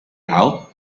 out